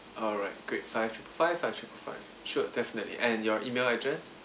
alright great five triple five five triple five sure definitely and your email address